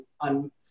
on